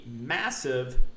massive